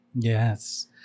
Yes